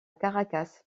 caracas